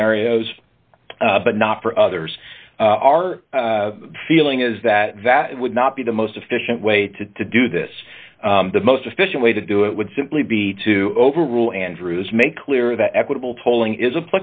scenarios but not for others our feeling is that that would not be the most efficient way to do this the most efficient way to do it would simply be to overrule andrews make clear that equitable tolling is a